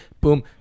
boom